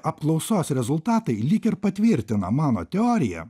apklausos rezultatai lyg ir patvirtina mano teoriją